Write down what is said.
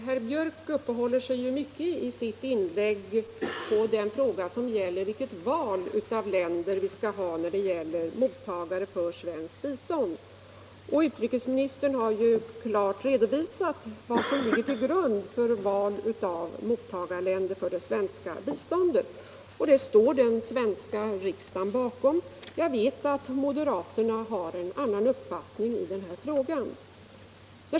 Herr talman! Herr Björck i Nässjö uppehöll sig i sitt inlägg mycket vid frågan vilket val av länder vi skall ha när det gäller mottagare av svenskt bistånd. Utrikesministern har ju klart redovisat vad som ligger till grund för val av mottagarländer för vårt bistånd, och det står den svenska riksdagen bakom. Jag vet att moderaterna har en annan mening i den här frågan.